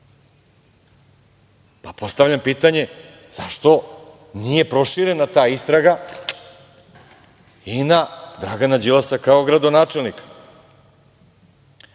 bosa. Postavljam pitanje – zašto nije proširena ta istraga i na Dragana Đilasa kao gradonačelnika? Imamo